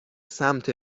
سمت